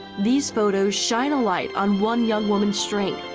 these photos shine a light on one young woman strength,